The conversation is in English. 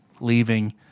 leaving